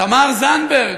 תמר זנדברג,